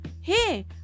Hey